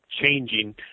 changing